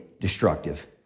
destructive